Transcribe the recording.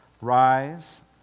Rise